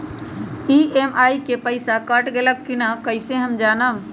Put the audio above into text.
EMI के पईसा कट गेलक कि ना कइसे हम जानब?